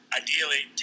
ideally